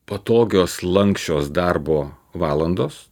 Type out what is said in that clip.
patogios lanksčios darbo valandos